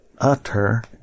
utter